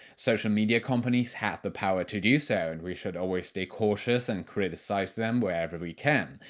social media companies have the power to do so and we should always stay cautious and criticise them wherever we can.